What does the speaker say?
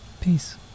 Peace